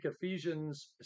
Ephesians